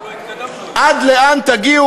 עד לאן תגיעו,